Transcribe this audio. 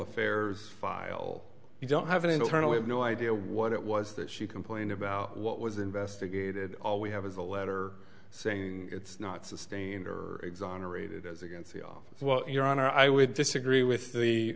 affairs file you don't have an internal we have no idea what it was that she complained about what was investigated all we have is a letter saying it's not sustained or exonerated as against the office well your honor i would disagree with the